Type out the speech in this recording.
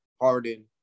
Harden